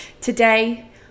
Today